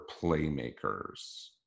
playmakers